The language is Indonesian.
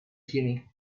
sini